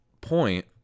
point